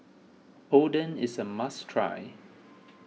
Oden is a must try